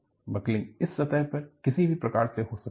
buckling इस सतह पर किसी भी प्रकार से हो सकती है